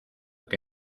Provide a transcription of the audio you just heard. que